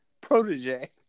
protege